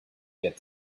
get